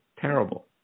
terrible